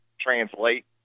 translate